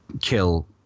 kill